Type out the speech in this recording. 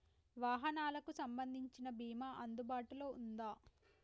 వాహనాలకు సంబంధించిన బీమా అందుబాటులో ఉందా?